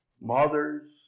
mothers